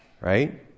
right